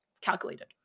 calculated